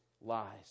lies